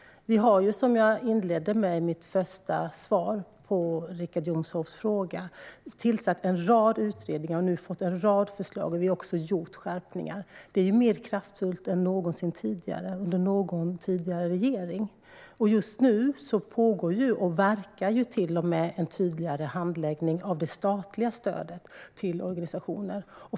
Som jag inledde mitt svar på Richard Jomshofs fråga med att nämna har vi tillsatt en rad utredningar, och vi har nu fått en rad förslag. Vi har också gjort skärpningar. Det är mer kraftfullt än någonsin tidigare under någon tidigare regering. Just nu pågår och verkar till och med en tydligare handläggning av det statliga stödet till organisationer.